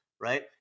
right